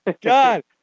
God